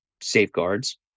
safeguards